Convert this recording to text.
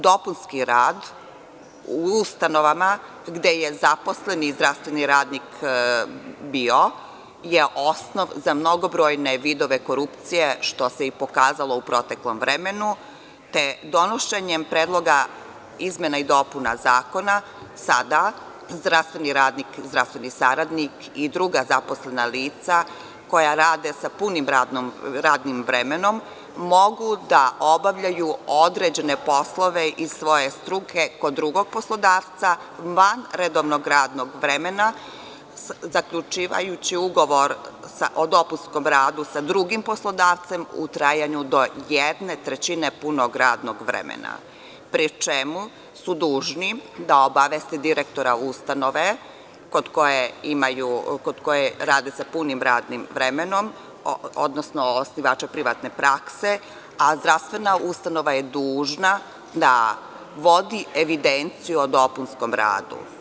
Dopunski rad u ustanovama gde je zaposleni zdravstveni radnik bio je osnov za mnogobrojne vidove korupcije što se i pokazalo u proteklom vremenu, te donošenjem Predloga izmena i dopuna zakona, sada zdravstveni radnik, zdravstveni saradnik i druga zaposlena lica koja rade sa punim radnim vremenom mogu da obavljaju određene poslove iz svoje struke kod drugog poslodavca van redovnog radnog vremena zaključujući ugovor o dopunskom radu sa drugim poslodavcem u trajanju do jedne trećine punog radnog vremena, pri čemu su dužni da obaveste direktora ustanove kod koje rade sa punim radnim vremenom, odnosno osnivača privatne prakse, a zdravstvena ustanova je dužna da vodi evidenciju o dopunskom radu.